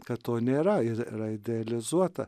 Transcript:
kad to nėra ir yra idealizuota